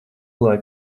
lai